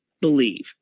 believe